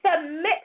submit